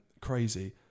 Crazy